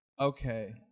Okay